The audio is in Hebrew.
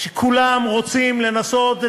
שכולם רוצים לנסות,